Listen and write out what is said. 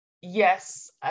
yes